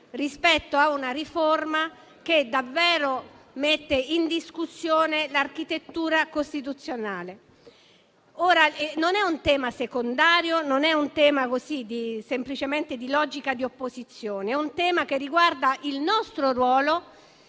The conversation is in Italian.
rispetto a una riforma che davvero mette in discussione l'architettura costituzionale. Non è un tema secondario, non è un tema semplicemente di logica di opposizione, ma riguarda il nostro ruolo,